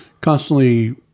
constantly